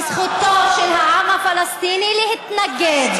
בזכותו של העם הפלסטיני להתנגד,